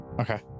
Okay